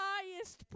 Highest